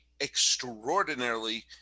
extraordinarily